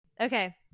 Okay